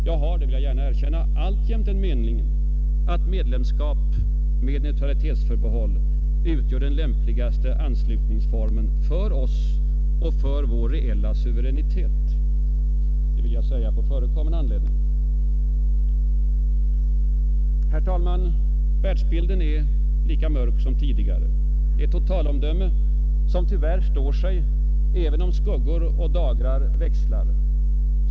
Jag har — det vill jag gärna erkänna — alltjämnt den meningen att medlemskap med neutralitetsförbehåll utgör den lämpligaste anslutningsformen för oss och för vår reella suveränitet, det vill jag säga på förekommen anledning. Herr talman! Världsbilden är lika mörk som tidigare. Det är ett totalomdöme som tyvärr står sig, även om skuggor och dagrar växlar.